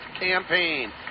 campaign